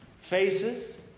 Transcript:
faces